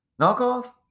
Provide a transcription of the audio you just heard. knockoff